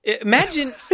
Imagine